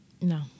no